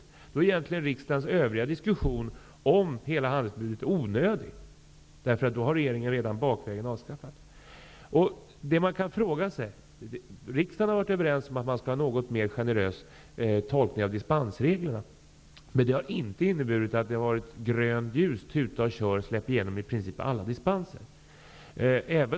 Då är ju egentligen riksdagens övriga diskussion om handelsförbudet onödig, eftersom regeringen redan bakvägen har avskaffat det. Man har varit överens i riksdagen om att man skall ha en något mer generös tolkning av dispensreglerna, men det innebär inte att det skall vara grönt ljus, att man skall tuta och köra och släppa igenom i princip alla dispenser.